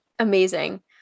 Amazing